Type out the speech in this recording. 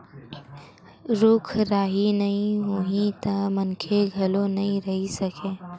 रूख राई नइ होही त मनखे घलोक नइ रहि सकय